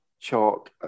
chalk